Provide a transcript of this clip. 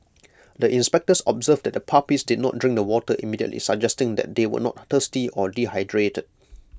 the inspectors observed that the puppies did not drink the water immediately suggesting that they were not thirsty or dehydrated